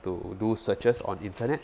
to do searches on internet